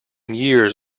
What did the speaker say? years